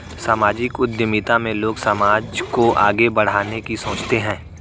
सामाजिक उद्यमिता में लोग समाज को आगे बढ़ाने की सोचते हैं